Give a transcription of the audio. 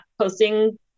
posting